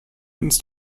ins